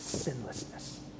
sinlessness